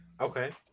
Okay